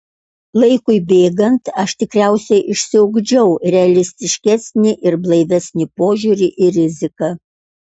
laikui bėgant aš tikriausiai išsiugdžiau realistiškesnį ir blaivesnį požiūrį į riziką